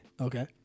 Okay